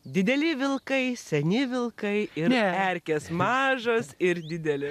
dideli vilkai seni vilkai ir erkės mažos ir didelės